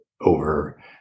over